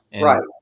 Right